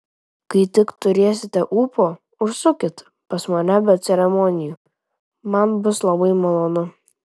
kai tik turėsite ūpo užsukit pas mane be ceremonijų man bus labai malonu